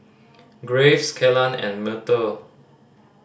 Graves Kellan and Myrtle